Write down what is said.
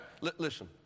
Listen